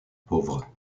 pauvre